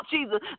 Jesus